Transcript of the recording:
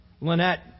Lynette